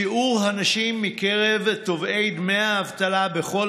שיעור הנשים מקרב תובעי דמי האבטלה בכל